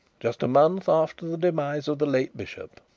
just a month after the demise of the late bishop,